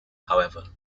however